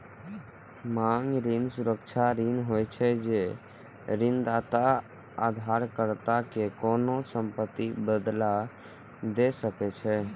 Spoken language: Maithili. मांग ऋण सुरक्षित ऋण होइ छै, जे ऋणदाता उधारकर्ता कें कोनों संपत्तिक बदला दै छै